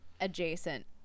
Adjacent